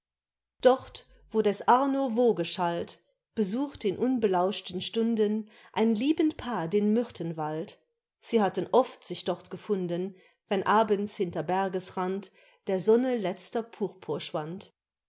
dort wo des arno woge schallt besucht in unbelauschten stunden ein liebend paar den myrthenwald sie hatten oft sich dort gefunden wenn abends hinter bergesrand der sonne letzter